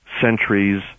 centuries